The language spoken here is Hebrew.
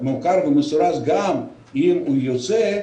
מעוקר ומסורס, גם אם הוא יוצא,